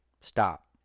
stop